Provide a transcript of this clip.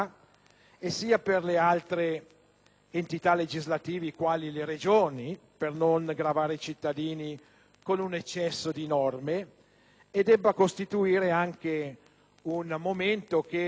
sia per le altre entità legislative quali le Regioni, per non gravare i cittadini con un eccesso di norme. Esso deve rappresentare altresì un momento che